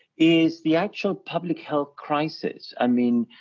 is the actual public health crisis. i mean,